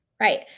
Right